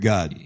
God